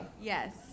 Yes